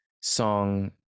song